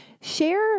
share